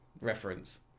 reference